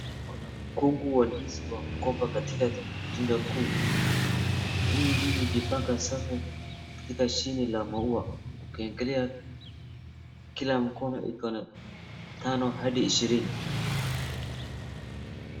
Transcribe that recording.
Kuna mkungu wa ndizi wa mgomba katika tunda kuu. Na hii ndizi hujipanga safu katika shine la maua. Ukiangalia kila mkono iko na tano hadi ishirini.